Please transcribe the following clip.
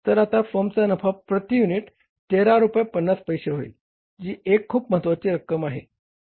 तर आता फर्मचा नफा प्रती युनिट 13 रुपये 50 पैसे होईल जी एक खूप महत्वाची रक्कम आहे